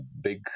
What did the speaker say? big